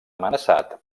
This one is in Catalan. amenaçat